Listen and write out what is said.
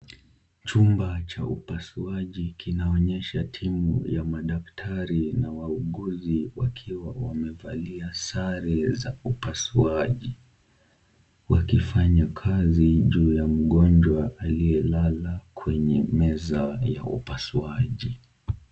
Chumba cha upasuaji kinaonyesha timu ya madaktari na wauguzi wakiwa wamevalia sare za upasuaji wakifanya kazi juu ya mgonjwa aliyelala kwenye meza ya upasuaji.